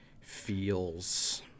feels